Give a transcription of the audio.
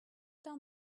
down